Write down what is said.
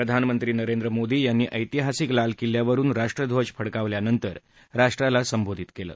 प्रधानमंत्री नरेंद्र मोदी यांनी ऐतिहासिक लाल किल्ल्यावरुन राष्ट्रध्वज फडकावल्यानंतर राष्ट्राला संबोधित केलं